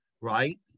right